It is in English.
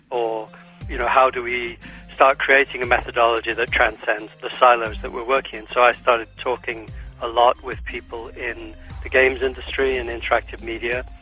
or you know how do we start creating a methodology that transcends the silos that we are working in. so i started talking a lot with people in the games industry and interactive media,